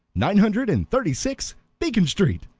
nine hundred and thirty-six, beacon street,